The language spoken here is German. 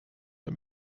der